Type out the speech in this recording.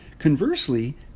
Conversely